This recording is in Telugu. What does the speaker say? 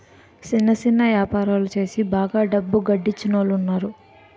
సిన్న సిన్న యాపారాలు సేసి బాగా డబ్బు గడించినోలున్నారు